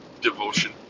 devotion